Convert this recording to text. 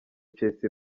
chelsea